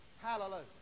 Hallelujah